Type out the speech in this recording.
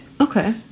okay